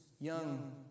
young